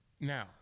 Now